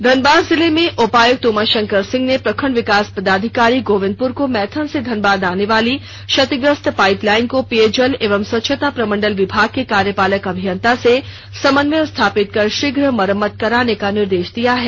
धनबाद जिले में उपायुक्त उमा शंकर सिंह ने प्रखंड विकास पदाधिकारी गोविंदपुर को मैथन से धनबाद आने वाली क्षतिग्रस्त पाइप लाइन को पेयजल एवं स्वच्छता प्रमंडल विभाग के कार्यपालक अभियंता से समन्वय स्थापित कर शीघ्र मरम्मत कराने का निर्देश दिया है